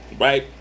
Right